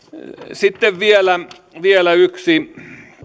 sitten vielä vielä yksi